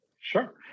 Sure